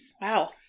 Wow